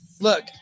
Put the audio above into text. look